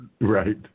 Right